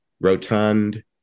rotund